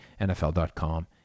NFL.com